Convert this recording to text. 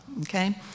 okay